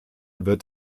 wird